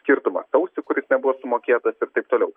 skirtumą sausį kuris nebuvo sumokėtas ir taip toliau